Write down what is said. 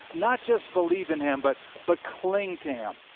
not just believe in him, but but cling to him.